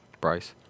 Bryce